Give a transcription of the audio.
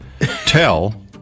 tell